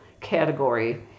category